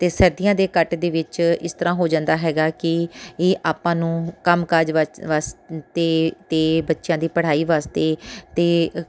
ਅਤੇ ਸਰਦੀਆਂ ਦੇ ਕੱਟ ਦੇ ਵਿੱਚ ਇਸ ਤਰ੍ਹਾਂ ਹੋ ਜਾਂਦਾ ਹੈਗਾ ਕਿ ਇਹ ਆਪਾਂ ਨੂੰ ਕੰਮ ਕਾਜ ਵਾਸਤੇ ਅਤੇ ਬੱਚਿਆਂ ਦੀ ਪੜ੍ਹਾਈ ਵਾਸਤੇ ਅਤੇ